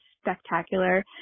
Spectacular